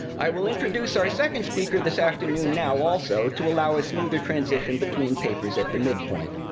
i will introduce our second speaker this afternoon now, also, to allow a smoother transition between papers at the midpoint.